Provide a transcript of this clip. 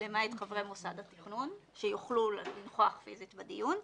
למעט חברי מוסד התכנון שיוכלו לנכוח פיסית בדיון.